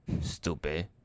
stupid